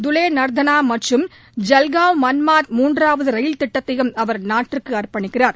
துலே நர்தானா மற்றும் ஜல்காவ் மன்மாட் மூன்றாவது ரயில் தடத்தையும் அவர் நாட்டுக்கு அர்ப்பணிக்கிறார்